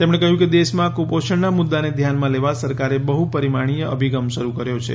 તેમણે કહ્યું કે દેશમાં કુપોષણના મુદ્દાને ધ્યાનમાં લેવા સરકારે બહ્ પરિમાણીય અભિગમ શરૂ કર્યો છે